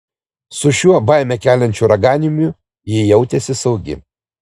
su šiuo baimę keliančiu raganiumi ji jautėsi saugi